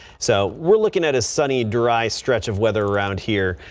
so we're looking at a sunny dry stretch of weather around here.